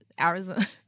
Arizona